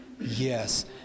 Yes